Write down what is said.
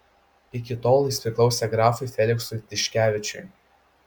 iki tol jis priklausė grafui feliksui tiškevičiui